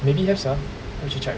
maybe have sia 可以去 check